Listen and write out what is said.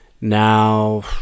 now